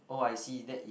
oh I see that is